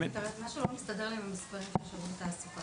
משהו לא מסתדר לי עם המספרים של משרד התעסוקה.